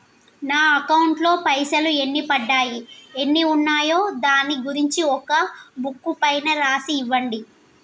నా అకౌంట్ లో పైసలు ఎన్ని పడ్డాయి ఎన్ని ఉన్నాయో దాని గురించి ఒక బుక్కు పైన రాసి ఇవ్వండి?